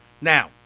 Now